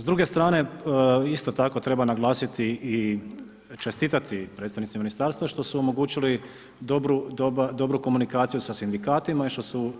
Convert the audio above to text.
S druge strane isto tako treba naglasiti i čestitati predstavnici ministarstva što su omogućili dobru komunikaciju sa sindikatima i što su